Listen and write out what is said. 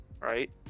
right